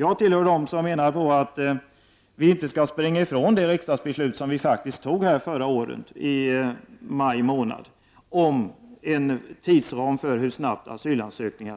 Jag tillhör dem som menar att vi inte får frångå det beslut som riksdagen faktiskt fattade i maj månad förra året om tidsramen när det gäller behandlingen av inkomna asylansökningar.